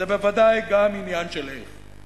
זה בוודאי גם עניין של איך.